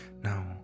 now